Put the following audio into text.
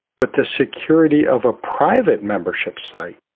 but the security of a private membership site.